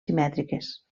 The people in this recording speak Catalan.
simètriques